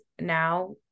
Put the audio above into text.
now